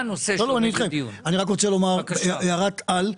אני רוצה לומר הערת-על: